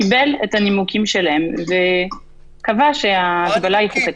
קיבל את הנימוקים שלהם וקבע שההגבלה היא חוקתית.